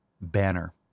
banner